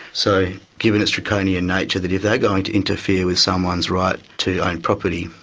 so given its draconian nature, that if they are going to interfere with someone's right to own property,